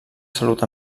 salut